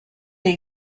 est